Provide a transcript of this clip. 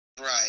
Right